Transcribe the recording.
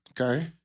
Okay